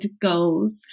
goals